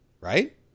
right